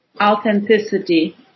authenticity